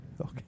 Okay